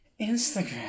instagram